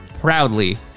Proudly